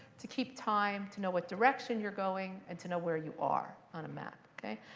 to keep time, to know what direction you're going, and to know where you are on a map. ok?